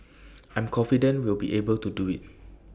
I'm confident we'll be able to do IT